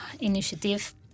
initiative